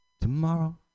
tomorrow